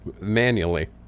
manually